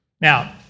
Now